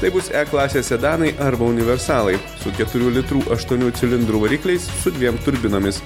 tai bus e klasės sedanai arba universalai su keturių litrų aštuonių cilindrų varikliais su dviem turbinomis